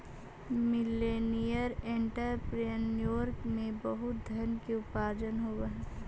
millennial entrepreneur में बहुत धन के उपार्जन होवऽ हई